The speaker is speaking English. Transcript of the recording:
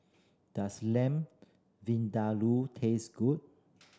does Lamb Vindaloo taste good